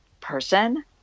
person